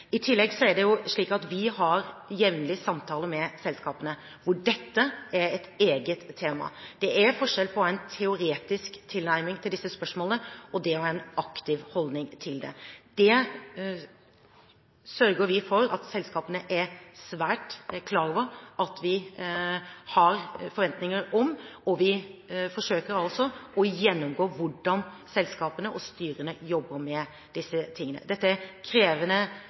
I tillegg er det slik at vi jevnlig har samtaler med selskapene der dette er et eget tema. Det er forskjell på en teoretisk tilnærming til disse spørsmålene og det å ha en aktiv holdning til det. Vi sørger for at selskapene er svært klar over at vi har forventninger om dette, og vi forsøker også å gjennomgå hvordan selskapene og styrene jobber med disse tingene. Dette er et krevende